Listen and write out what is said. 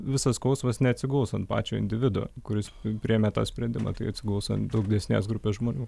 visas skausmas neatsigaus ant pačio individo kuris priėmė tą sprendimą tai atsiguls ant daug didesnės grupės žmonių